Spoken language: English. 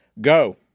go